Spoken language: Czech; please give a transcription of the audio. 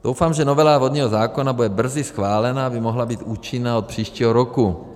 Doufám, že novela vodního zákona bude brzy schválena, aby mohla být účinná od příštího roku.